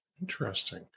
Interesting